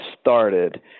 started